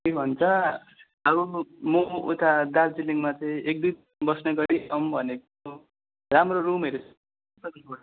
के भन्छ अब म उता दार्जिलिङमा चाहिँ एक दुई दिन बस्ने गरी आउँ भनेको राम्रो रुमहरू कतिपर्छ